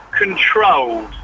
Controlled